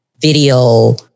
video